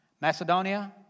Macedonia